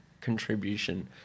contribution